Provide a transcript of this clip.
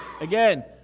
again